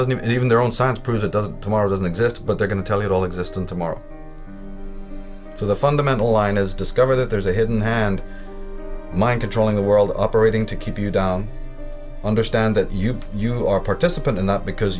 doesn't even their own science prove that the tomorrow doesn't exist but they're going to tell it all existant tomorrow so the fundamental line is discover that there is a hidden hand mind controlling the world operating to keep you down understand that you you are participant in that because